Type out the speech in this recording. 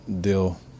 deal